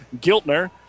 Giltner